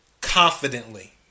confidently